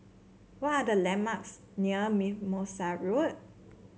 what are the landmarks near Mimosa Road